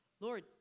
Lord